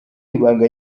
ibanga